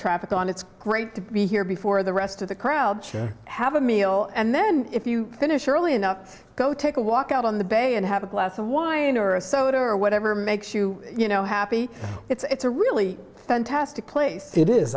traffic on it's great to be here before the rest of the crowds have a meal and then if you finish early enough go take a walk out on the bay and have a glass of wine or a soda or whatever makes you you know happy it's a really fantastic place it is